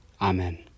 Amen